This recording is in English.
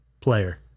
player